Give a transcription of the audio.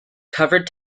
covered